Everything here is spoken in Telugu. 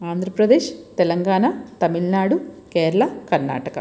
ఆంధ్రప్రదేశ్ తెలంగాణ తమిళనాడు కేరళ కర్ణాటక